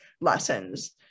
lessons